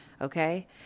okay